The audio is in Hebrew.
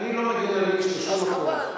אני לא מגן על לינץ' בשום, אז חבל.